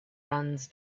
runs